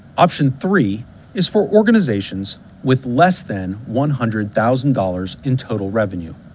option three is for organizations with less than one hundred thousand dollars in total revenues.